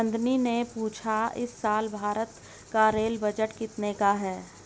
नंदनी ने पूछा कि इस साल भारत का रेल बजट कितने का है?